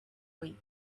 week